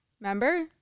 Remember